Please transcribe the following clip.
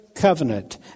covenant